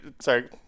sorry